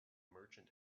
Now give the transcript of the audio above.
merchant